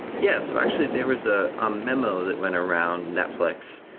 yeah. so actually, there was a ah memo that went around netflix,